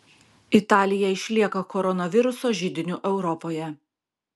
italija išlieka koronaviruso židiniu europoje